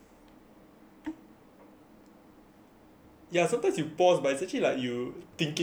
yeah sometimes you pause by searching like you thinking of what to say next you know